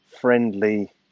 friendly